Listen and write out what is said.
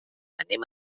anem